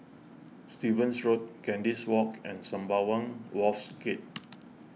Stevens Road Kandis Walk and Sembawang Wharves Gate